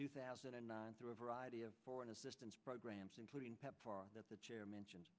two thousand and nine through a variety of foreign assistance programs including pepfar the chair mentioned